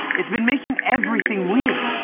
it's been making everything weird.